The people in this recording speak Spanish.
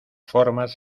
formas